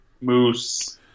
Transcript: Moose